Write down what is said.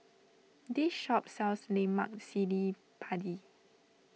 this shop sells Lemak Cili Padi